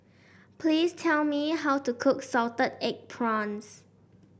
please tell me how to cook Salted Egg Prawns